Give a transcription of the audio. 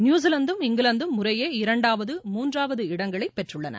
நியூசிலாந்தும் இங்கிலாந்தும் முறையே இரண்டாவது மூன்றாவது இடங்களை பெற்றுள்ளன